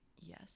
Yes